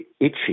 itchy